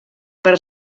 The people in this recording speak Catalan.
per